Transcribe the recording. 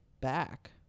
back